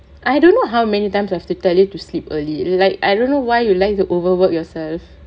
I don't know how many times I have to tell you to sleep early like I don't know why you like to overwork yourself